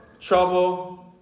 Trouble